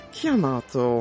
chiamato